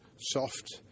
soft